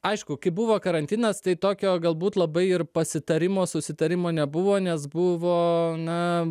aišku kai buvo karantinas tai tokio galbūt labai ir pasitarimo susitarimo nebuvo nes buvo na